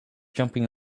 jumping